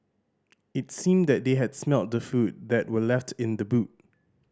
it seemed that they had smelt the food that were left in the boot